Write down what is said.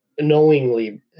knowingly